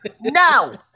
No